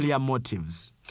motives